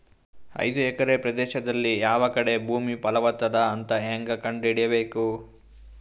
ಐದು ಎಕರೆ ಪ್ರದೇಶದಲ್ಲಿ ಯಾವ ಕಡೆ ಭೂಮಿ ಫಲವತ ಅದ ಅಂತ ಹೇಂಗ ಕಂಡ ಹಿಡಿಯಬೇಕು?